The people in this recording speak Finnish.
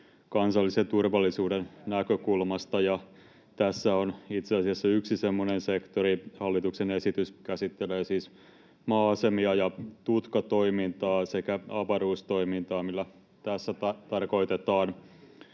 kansallisen turvallisuuden näkökulmasta, ja tässä on itse asiassa yksi semmoinen sektori. Hallituksen esitys käsittelee siis maa-asemia ja tutkatoimintaa sekä avaruustoimintaa, millä tässä tarkoitetaan